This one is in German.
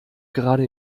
gerade